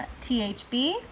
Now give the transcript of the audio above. THB